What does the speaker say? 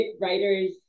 writers